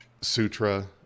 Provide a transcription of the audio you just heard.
Sutra